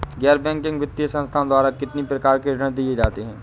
गैर बैंकिंग वित्तीय संस्थाओं द्वारा कितनी प्रकार के ऋण दिए जाते हैं?